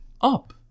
up